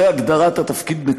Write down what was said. זו הגדרת התפקיד.